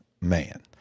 man